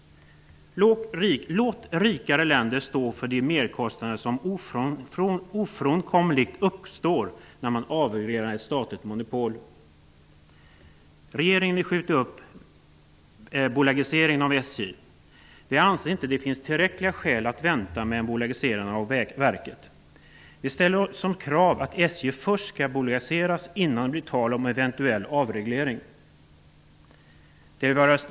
Låt rikare länder stå för de merkostnader som ofrånkomligen uppstår när man avreglerar ett statligt monopol! Regeringen vill skjuta upp bolagiseringen av SJ. Vi anser inte att det finns tillräckliga skäl att vänta med en bolagisering av verket. Vi ställer som krav att SJ skall bolagiseras innan det blir tal om en eventuell avreglering.